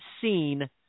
seen